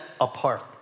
apart